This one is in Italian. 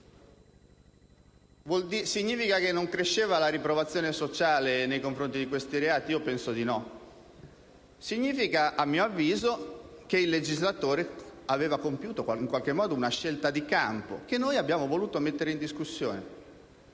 Significa che non cresceva la riprovazione sociale nei confronti di questi reati? Io penso di no. Significa, a mio avviso, che il legislatore aveva compiuto, in qualche modo, una scelta di campo, che noi abbiamo voluto mettere in discussione.